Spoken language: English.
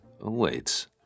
awaits